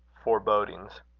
forebodings.